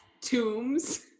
tombs